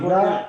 מידע,